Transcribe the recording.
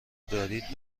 دارید